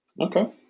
Okay